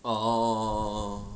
orh